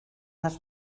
las